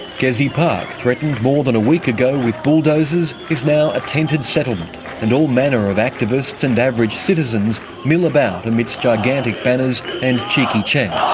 gezi park, threatened more than a week ago with bulldozers, is now a tented settlement and all manner of activists and average citizens mill about amidst gigantic banners and cheeky chants.